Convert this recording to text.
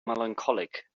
melancholic